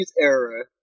era